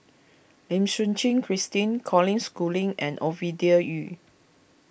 Lim Suchen Christine Colin Schooling and Ovidia Yu